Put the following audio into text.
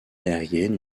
aérienne